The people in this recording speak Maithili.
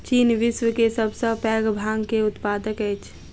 चीन विश्व के सब सॅ पैघ भांग के उत्पादक अछि